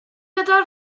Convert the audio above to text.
gyda